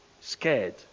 scared